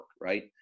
Right